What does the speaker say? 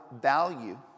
value